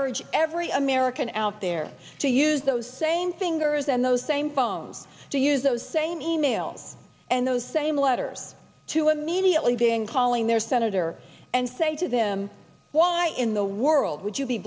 urge every american out there to use those same fingers and those same phones to use those same e mail and those same letters to immediately then calling their senator and say to them why in the world would you be